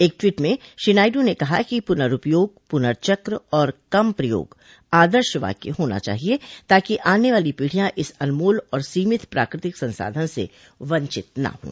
एक टवीट में श्री नायडू ने कहा कि पुनर्उपयोग पुनर्चक्र और कम प्रयोग आदर्श वाक्य होना चाहिए ताकि आने वाली पीढ़ियां इस अनमोल और सीमित प्राकृतिक संसाधन से वंचित न हों